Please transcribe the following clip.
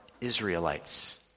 Israelites